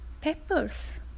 peppers